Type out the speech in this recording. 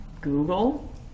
Google